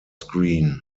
screen